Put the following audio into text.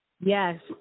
yes